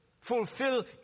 fulfill